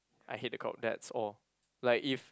I hate the crowd that's all like if